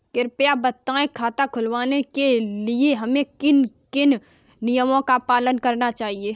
कृपया बताएँ खाता खुलवाने के लिए हमें किन किन नियमों का पालन करना चाहिए?